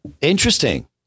interesting